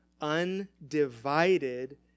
undivided